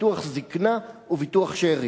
ביטוח זיקנה וביטוח שאירים.